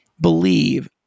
believe